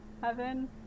heaven